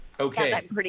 Okay